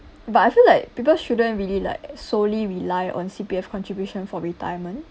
but I feel like people shouldn't really like solely rely on C_P_F contribution for retirement